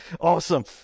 Awesome